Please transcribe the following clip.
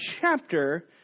chapter